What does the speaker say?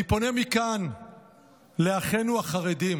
אני פונה מכאן לאחינו החרדים